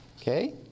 okay